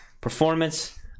performance